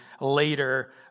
later